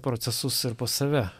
procesus ir pas save